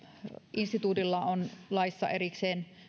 instituutilla on laissa erikseen